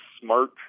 smart